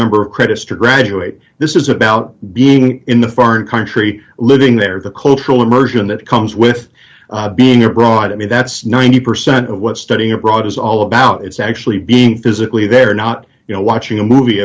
number of credits to graduate this is about being in the foreign country living there the cultural immersion that comes with being abroad i mean that's ninety percent of what studying abroad is all about is actually being physically there not you know watching a movie